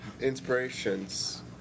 inspirations